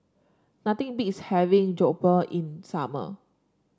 nothing beats having Jokbal in summer